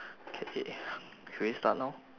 okay can we start now